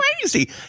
crazy